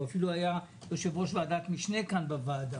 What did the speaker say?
הוא אפילו היה יושב-ראש ועדת משנה כאן בוועדה.